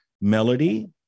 melody